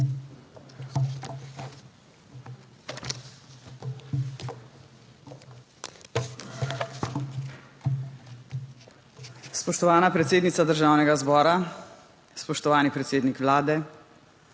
Spoštovana predsednica Državnega zbora, spoštovani predsednik Vlade,